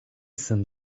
sam